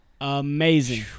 Amazing